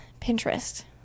pinterest